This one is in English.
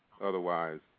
otherwise